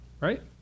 Right